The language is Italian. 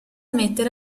mettere